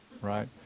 right